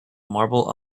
marble